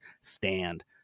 Stand